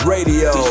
Radio